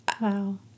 Wow